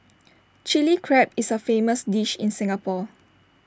Chilli Crab is A famous dish in Singapore